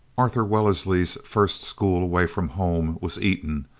arthur wellesley's first school away from home was eton,